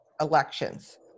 elections